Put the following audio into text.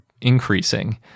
increasing